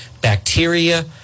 bacteria